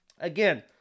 again